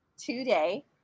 today